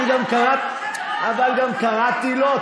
אבל קראתי גם לו.